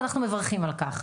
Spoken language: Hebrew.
ואנחנו מברכים על כך.